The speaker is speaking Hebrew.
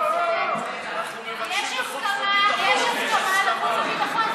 ותעבור להמשך הכנתה בוועדת החוקה,